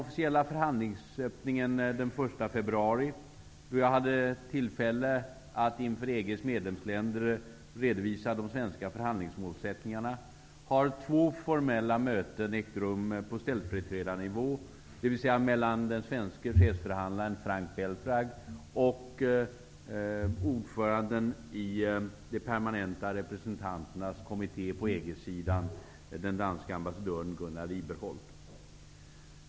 februari, då jag hade tillfälle att inför EG:s medlemsländer redovisa de svenska förhandlingsmålsättningarna, har två formella möten ägt rum på ställföreträdarnivå, dvs. mellan den svenska chefsförhandlaren Frank Belfrage och ordföranden i de permanenta representanternas kommitté på EG-sidan: den danska ambassdören Gunnar Riberholdt.